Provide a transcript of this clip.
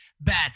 bad